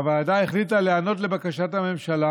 הוועדה החליטה להיענות לבקשת הממשלה